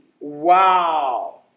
Wow